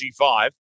G5